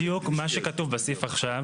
בדיוק מה שכתוב בסעיף עכשיו,